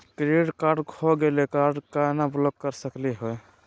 Credit card खो गैली, card क केना ब्लॉक कर सकली हे?